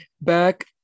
Back